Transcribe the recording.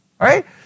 right